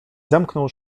zamknął